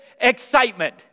excitement